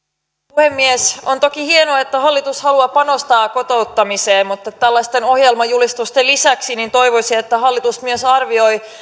puhemies on toki hienoa että hallitus haluaa panostaa kotouttamiseen mutta tällaisten ohjelmajulistusten lisäksi toivoisin että hallitus myös arvioi